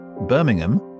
birmingham